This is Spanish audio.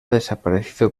desaparecido